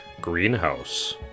Greenhouse